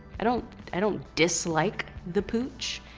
i don't i don't dislike the pooch.